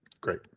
great